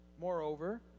moreover